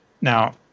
Now